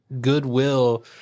Goodwill